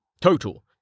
Total